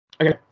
Okay